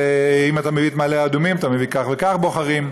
ואם אתה מביא את מעלה אדומים אתה מביא כך וכך בוחרים.